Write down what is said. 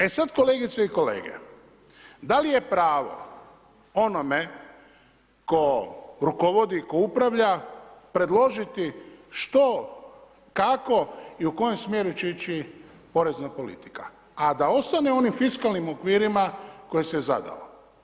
E sad, kolegice i kolege, da li je pravo onome tko rukovodi, tko upravlja predložiti što, kako i u kojem smjeru će ići porezna politika a da ostane u onim fiskalnim okvirima koje se zadao?